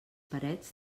parets